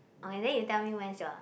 okay then you tell me when's your